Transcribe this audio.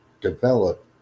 develop